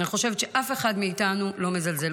אני חושבת שאף אחד מאיתנו לא מזלזל.